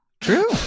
True